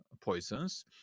poisons